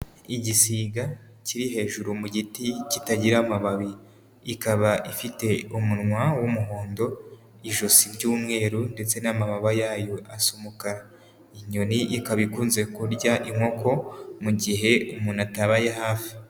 Igisiga kiri hejuru mu giti kitagira amababi. Ikaba ifite umunwa w'umuhondo, ijosi ry'umweru ndetse n'amababa yayo asa umukara. Inyoni ikaba ikunze kurya inkoko mu gihe umuntu atabaye hafi.